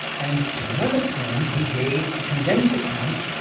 and to another friend he gave a condensed account,